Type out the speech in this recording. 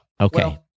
Okay